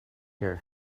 here